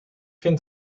vind